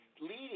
leading